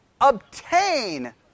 obtain